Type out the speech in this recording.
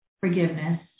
forgiveness